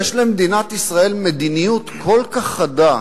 למדינת ישראל יש מדיניות כל כך חדה,